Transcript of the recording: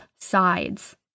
sides